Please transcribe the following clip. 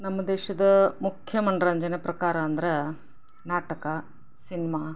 ನಮ್ಮ ದೇಶದ ಮುಖ್ಯ ಮನರಂಜನೆ ಪ್ರಕಾರ ಅಂದ್ರೆ ನಾಟಕ ಸಿನ್ಮಾ